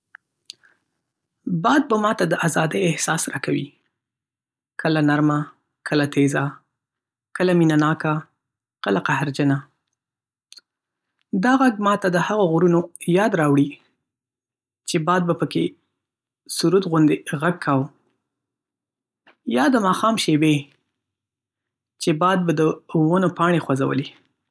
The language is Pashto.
باد ما ته د ازادۍ احساس راکوي. کله نرمه، کله تیزه، کله مینه ناکه، کله قهرجنه. دا غږ ما ته د هغو غرونو یاد راوړي چې باد به پکې سرود غوندې غږ کاوه. یا د ماښام شېبې، چې باد به د ونو پاڼې خوځولې.